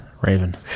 Raven